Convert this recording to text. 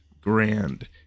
grand